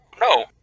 No